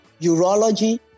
urology